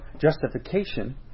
Justification